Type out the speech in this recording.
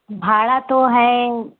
भाड़ा तो है